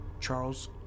Charles